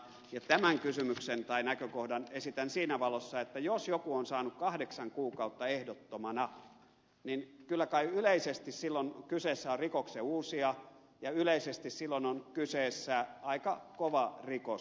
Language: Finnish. ja tämän kysymyksen tai näkökohdan esitän siinä valossa että jos joku on saanut kahdeksan kuukautta ehdottomana niin kyllä kai yleisesti silloin kyseessä on rikoksen uusija ja yleisesti silloin on kyseessä aika kova rikos